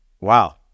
wow